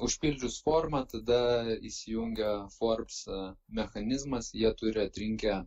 užpildžius formą tada įsijungia forbes mechanizmas jie turi atrinkę